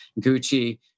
Gucci